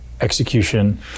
execution